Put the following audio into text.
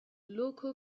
local